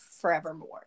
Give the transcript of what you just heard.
forevermore